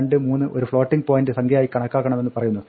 523 ഒരു floating point സംഖ്യയായി കണക്കാക്കണമെന്ന് പറയുന്നു